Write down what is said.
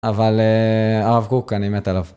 אבל אה... הרב קוק, אני מת עליו.